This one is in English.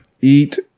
Eat